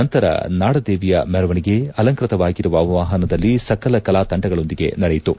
ನಂತರ ನಾಡದೇವಿಯ ಮೆರವಣಿಗೆ ಅಲಂಕೃತವಾಗಿರುವ ವಾಪನದಲ್ಲಿ ಸಕಲ ಕಲಾ ತಂಡಗಳೊಂದಿಗೆ ನಡೆಯಿತು